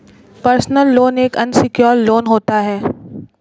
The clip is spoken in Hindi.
पर्सनल लोन एक अनसिक्योर्ड लोन होता है